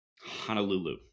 Honolulu